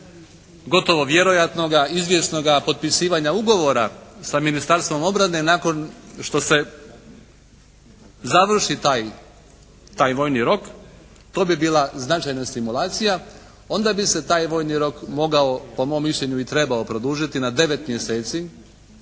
gotovo vjerojatnoga, izvjesnoga potpisivanja ugovora sa Ministarstvom obrane nakon što se završi taj, taj vojni rok to bi bila značajna stimulacija onda bi se taj vojni rok mogao po mom mišljenju i trebao produžiti na 9 mjeseci